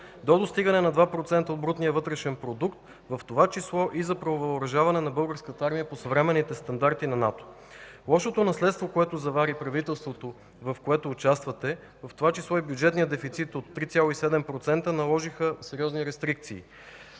до достигане на 2% от брутния вътрешен продукт, в това число и за превъоръжаване на Българската армия по съвременните стандарти на НАТО. Лошото наследство, което завари правителството, в което участвате, в това число и бюджетният дефицит от 3,7%, наложиха сериозни рестрикции